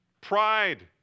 Pride